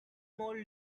more